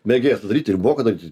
mėgėjas tą daryti ir moka daryti